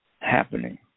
happening